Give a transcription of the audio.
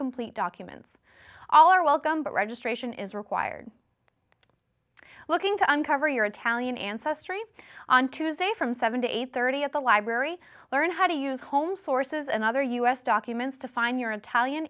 complete documents all are welcome but registration is required looking to uncover your italian ancestry on tuesday from seven to eight thirty at the library learn how to use home sources and other u s documents to find your own talian